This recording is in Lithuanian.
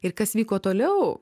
ir kas vyko toliau